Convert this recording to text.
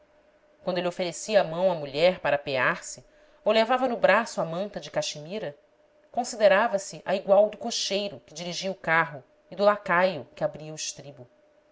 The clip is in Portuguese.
quando ele oferecia a mão à mulher para apear-se ou levava no braço a manta de caxemira considerava-se a igual do cocheiro que dirigia o carro e do lacaio que abria o estribo